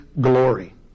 glory